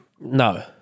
no